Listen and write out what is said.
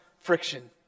friction